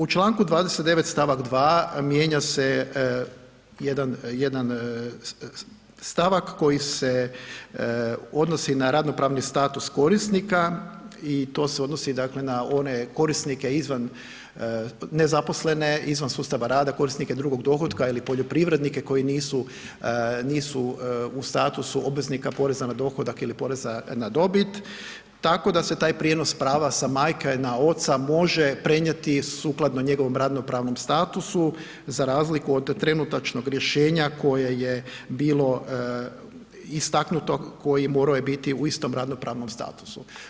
U Članku 29. stavak 2. mijenja se jedan, jedan stavak koji se odnosi na radno-pravni status korisnika i to se odnosi dakle na one korisnike izvan, nezaposlene izvan sustava rada, korisnike drugog dohotka ili poljoprivrednike koji nisu, nisu u statusu obveznika poreza na dohodak ili porezna na dobit, tako da se taj prijenos prava sa majke na oca može prenijeti sukladno njegovom radno-pravnom statusu za razliku od trenutačnog rješenja koje je bilo istaknuto koji morao je biti u istom radno-pravnom statusu.